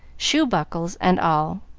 shoe buckles and all.